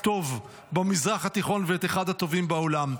טוב במזרח התיכון ואת אחד הטובים בעולם.